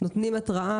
שנותנים התראה,